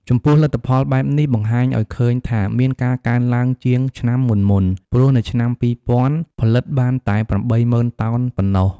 ចំពោះ លទ្ធផលបែបនេះបង្ហាញឲ្យឃើញថាមានការកើនឡើងជាងឆ្នាំមុនៗ ព្រោះនៅឆ្នាំ២០០០ផលិតបានតែ៨០ ០០០ តោនប៉ុណ្ណោះ។